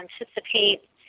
anticipate